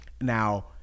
Now